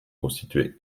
constitué